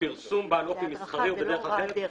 בפרסום בעל אופי מסחרי או בדרך אחרת,